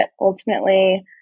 ultimately